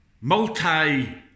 multi